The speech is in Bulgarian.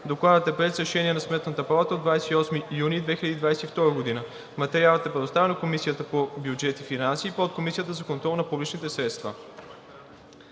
Докладът е приет с решение на Сметната палата от 28 юни 2022 г. Материалът е представен на Комисията по бюджет и финанси и Подкомисията за контрол на публичните средства.